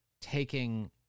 taking